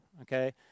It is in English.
okay